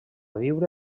viure